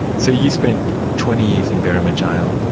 so you spent twenty years in berrimah jail,